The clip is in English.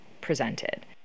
presented